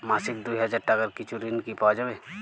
মাসিক দুই হাজার টাকার কিছু ঋণ কি পাওয়া যাবে?